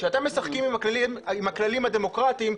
כשאתם משחקים עם הכללים הדמוקרטיים,